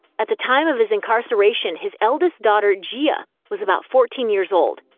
at the time of his incarceration, his eldest daughter, gia, ah was about fourteen years old,